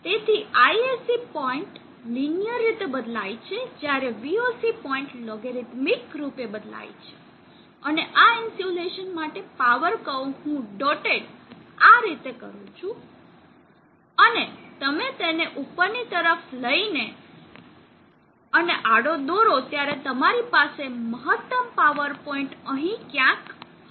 તેથી ISC point linear રીતે બદલાય છે જ્યારે voc પોઇન્ટ લોગરીધર્મિક રૂપે બદલાય છે અને આ ઇન્સ્યુલેશન માટે પાવર કર્વ હું ડોટેડ આ રીતે કરું છું અને તમે તેને ઉપરની તરફ લઇને અને આડો દોરો ત્યારે તમારી પાસે મહત્તમ પાવર પોઇન્ટ અહીં ક્યાંક હશે